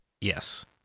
Yes